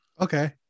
Okay